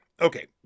okay